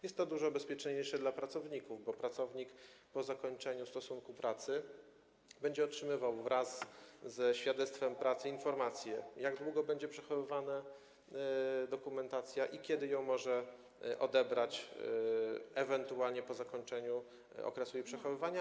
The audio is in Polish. Jest to dużo bezpieczniejsze dla pracowników, bo pracownik po zakończeniu stosunku pracy będzie otrzymywał wraz ze świadectwem pracy informację o tym, jak długo będzie przechowywana jego dokumentacja i kiedy będzie mógł ją ewentualnie odebrać po zakończeniu okresu jej przechowywania.